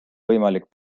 võimalik